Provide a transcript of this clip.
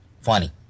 funny